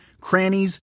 crannies